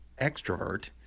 extrovert